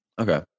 Okay